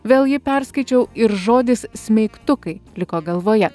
vėl jį perskaičiau ir žodis smeigtukai liko galvoje